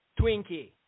Twinkie